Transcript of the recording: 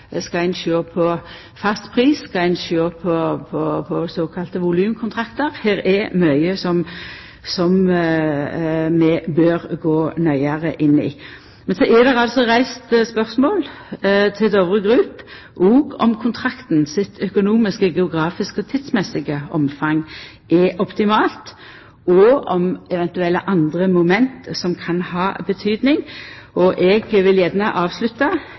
skal sjå på fastpris og om ein skal sjå på volumkontraktar. Her er mykje som vi bør gå meir nøye inn i. Men så er det òg reist spørsmål til Dovre Group om det økonomiske, geografiske og tidsmessige omfanget av kontrakten er optimalt, og om det eventuelt er andre moment som kan ha betydning. Eg vil gjerne avslutta